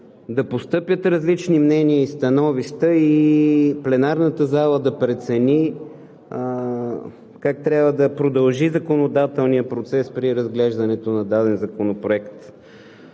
да постъпят различни мнения и становища и пленарната зала да прецени как трябва да продължи законодателният процес при разглеждането на даден законопроект.